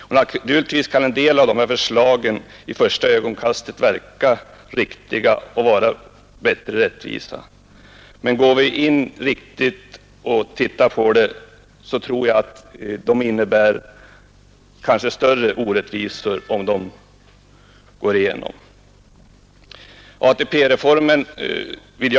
Naturligtvis kan en del av dessa förslag i första ögonblicket verka vettiga och ägnade att åstadkomma större rättvisa. Tittar man litet närmare på förslagen finner man emellertid att de snarare skulle medföra större orättvisor.